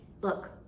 look